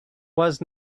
was